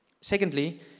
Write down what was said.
Secondly